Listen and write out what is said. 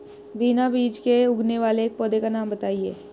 बिना बीज के उगने वाले एक पौधे का नाम बताइए